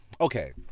okay